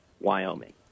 Wyoming